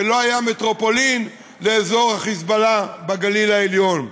כי לא היה מטרופולין לאזור ה"חיזבאללה" בגליל העליון,